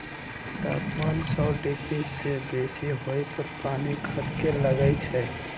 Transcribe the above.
तापमान सौ डिग्री से बेशी होय पर पानी खदके लगइ छै